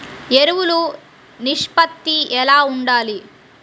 ఎరువులు నిష్పత్తి ఎలా ఉండాలి?